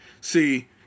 See